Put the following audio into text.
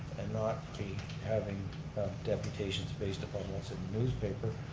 and not be having deputations based upon what's in the newspaper.